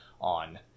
on